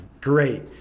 Great